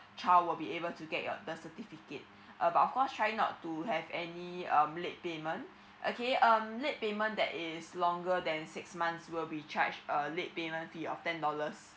child will be able to get your birth certificate about of course try not to have any um late payment okay um late payment that is longer than six months will be charge err late payment fee of ten dollars